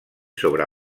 sobre